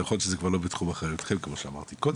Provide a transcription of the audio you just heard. יכול להיות שזה כבר לא בתחום אחריותכם כמו שאמרתי קודם,